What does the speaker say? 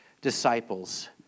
disciples